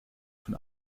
von